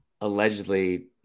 allegedly